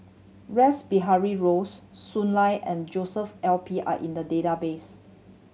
Rash Behari Bose Shui Lan and Joshua L P are in the database